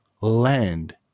land